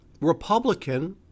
Republican